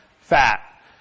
fat